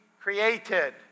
created